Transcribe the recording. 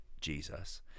jesus